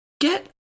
Get